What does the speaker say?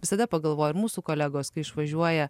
visada pagalvoju ir mūsų kolegos kai išvažiuoja